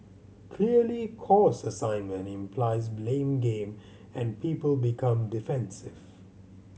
clearly 'cause assignment' implies blame game and people become defensive